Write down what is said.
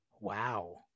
Wow